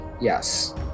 Yes